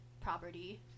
property